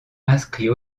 inscrit